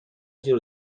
جور